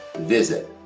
visit